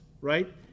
right